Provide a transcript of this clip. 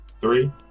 three